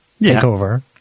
takeover